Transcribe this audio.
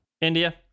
India